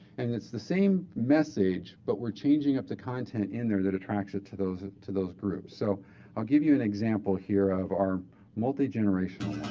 and it's the same message, but we're changing up the content in there that attracts it to those to those groups. so i'll give you an example here of our multi-generation